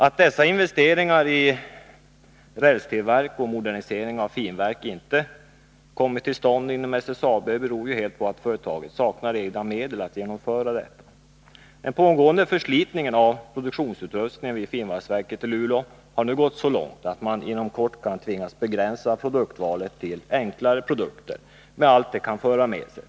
Att investeringar i rälstillverkning och modernisering av finvalsverket inte kommit till stånd inom SSAB beror helt på att företaget saknar egna medel för detta. Den pågående förslitningen av produktionsutrustningen vid finsvalsverket i Luleå har nu gått så långt att man inom kort kan tvingas begränsa produktvalet till enklare produkter, med allt vad det kan föra med sig.